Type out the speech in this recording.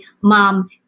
mom